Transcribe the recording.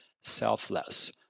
selfless